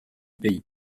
pays